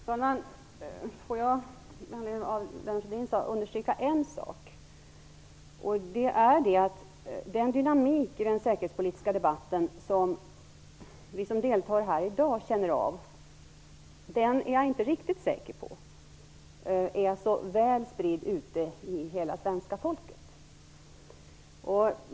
Fru talman! Jag vill med anledning av vad Lennart Rohdin sade understryka en sak. Jag är inte riktigt säker på att den dynamik i den säkerhetspolitiska debatten som vi som deltar här i dag känner av, är så väl spridd bland hela svenska folket.